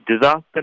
Disaster